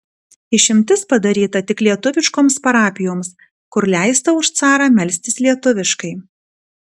išimtis padaryta tik lietuviškoms parapijoms kur leista už carą melstis lietuviškai